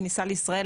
כניסה לישראל,